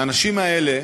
מהאנשים האלה,